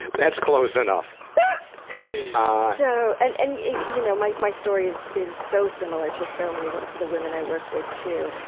that's close enough. yeah so and and you know my my story is is so similar to so many of the women i work with, too.